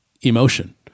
emotion